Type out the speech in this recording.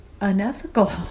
unethical